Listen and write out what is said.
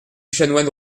chanoine